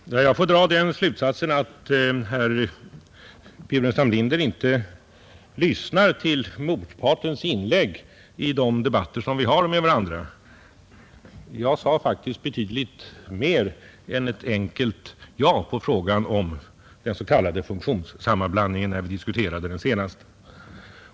Herr talman! Jag får dra den slutsatsen att herr Burenstam Linder inte lyssnar till motpartens inlägg i de debatter som vi har med varandra. Jag svarade faktiskt betydligt mer än ett enkelt ja på frågan om den s.k. funktionssammanblandningen, när vi diskuterade den senast.